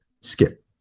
skip